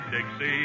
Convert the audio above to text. Dixie